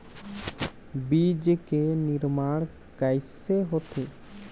बीज के निर्माण कैसे होथे?